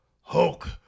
Hulk